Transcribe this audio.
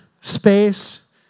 space